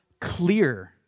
clear